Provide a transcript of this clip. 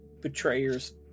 Betrayers